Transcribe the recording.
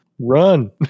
run